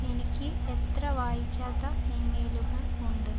എനിക്ക് എത്ര വായിക്കാത്ത ഇമെയിലുകൾ ഉണ്ട്